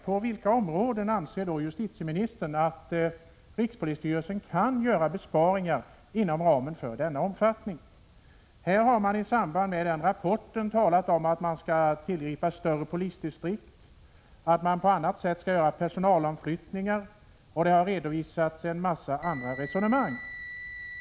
På vilka områden anser justitieministern att rikspolisstyrelsen kan göra besparingar av denna omfattning? I samband med rapporten har det talats om att göra större polisdistrikt, att på annat sätt göra personalomflyttningar, och det har redovisats vissa andra resonemang.